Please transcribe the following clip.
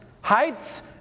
heights